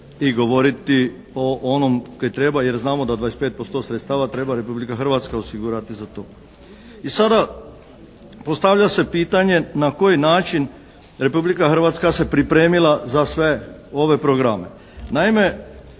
i govoriti o onom kaj treba, jer znamo da 25% sredstava treba Republika Hrvatska osigurati za to. I sada, postavlja se pitanje na koji način Republika Hrvatska se pripremila za sve ove programe. Naime,